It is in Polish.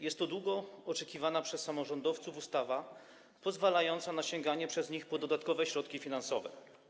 Jest to długo oczekiwana przez samorządowców ustawa pozwalająca na sięganie przez nich po dodatkowe środki finansowe.